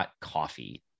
coffee